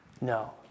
No